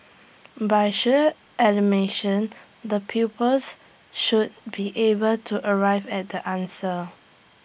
by sheer the pupils should be able to arrive at the answer